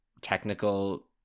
technical